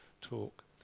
talk